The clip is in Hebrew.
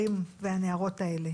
לייצר אצלם את התחושה שהם מוגנים איתי,